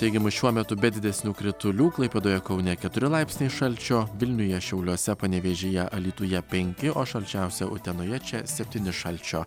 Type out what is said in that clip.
teigimu šiuo metu be didesnių kritulių klaipėdoje kaune keturi laipsniai šalčio vilniuje šiauliuose panevėžyje alytuje penki o šalčiausia utenoje čia septyni šalčio